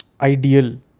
ideal